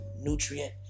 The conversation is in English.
nutrient